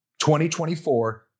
2024